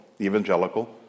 evangelical